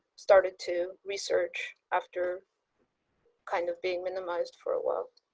started to research after kind of being minimised for a while.